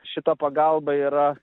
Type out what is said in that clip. šita pagalba yra